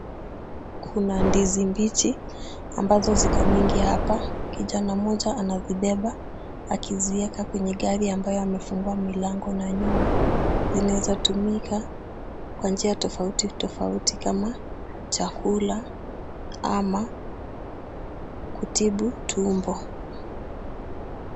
Kuna ndizi mbichi ambazo ziko mingi hapa. Kijana mmoja anazibeba akiziweka kwenye gari ambayo amefungua milango na nyuma. Zinaweza tumika kwa njia tofauti tofauti kama chakula ama kutibu tumbo.